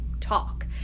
talk